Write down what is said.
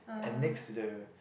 and next to the